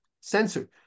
censored